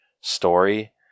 Story